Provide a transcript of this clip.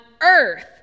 earth